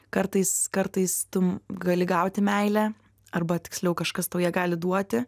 kartais kartais tu gali gauti meilę arba tiksliau kažkas tau ją gali duoti